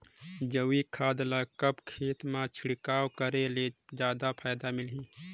जैविक खाद ल कब खेत मे छिड़काव करे ले जादा फायदा मिलही?